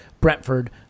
Brentford